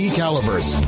calibers